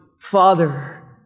Father